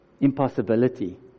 impossibility